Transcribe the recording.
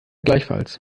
gleichfalls